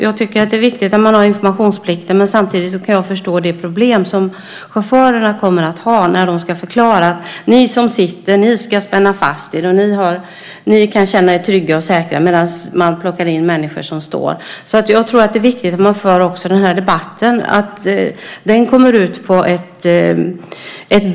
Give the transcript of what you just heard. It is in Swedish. Jag tycker att det är viktigt att man har informationsplikten, men samtidigt kan jag förstå det problem som chaufförerna kommer att ha när de ska förklara att de som sitter ska spänna fast sig och att de kan känna sig trygga och säkra samtidigt som man plockar in människor som står. Jag tror att det är viktigt att man för den här debatten och att den kommer ut på ett bra sätt.